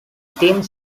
theme